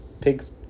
Pigs